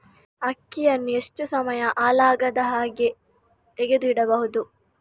ಅಕ್ಕಿಯನ್ನು ಎಷ್ಟು ಸಮಯ ಹಾಳಾಗದಹಾಗೆ ತೆಗೆದು ಇಡಬಹುದು?